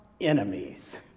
enemies